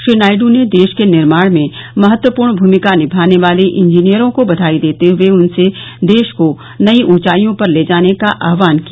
श्री नायडू ने देश के निर्माण में महत्वपूर्ण भूमिका निमाने वाले इंजीनियरों को बधाई देते हुए उनसे देश को नई ऊंचाईयों पर ले जाने का आहवान किया